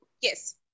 Yes